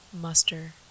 muster